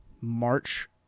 March